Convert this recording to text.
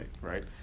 Right